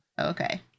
Okay